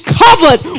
covered